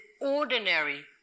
ordinary